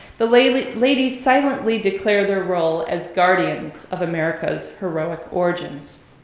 the ladies ladies silently declare their role as guardians of america's heroic origins.